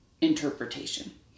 interpretation